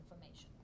information